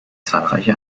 zahlreiche